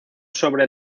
sobre